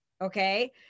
okay